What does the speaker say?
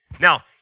Now